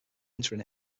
entering